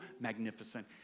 magnificent